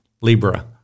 Libra